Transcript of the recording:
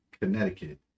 Connecticut